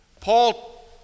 Paul